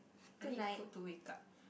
I need food to wake up